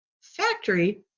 factory